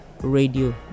radio